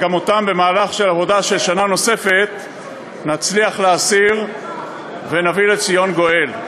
וגם אותם במהלך של עבודה של שנה נוספת נצליח להסיר ונביא לציון גואל.